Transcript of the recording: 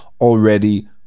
already